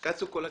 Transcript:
כלו כל הקיצים.